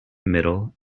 middle